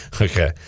Okay